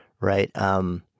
right